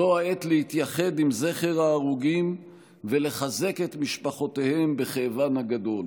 זו העת להתייחד עם זכר ההרוגים ולחזק את משפחותיהם בכאבן הגדול,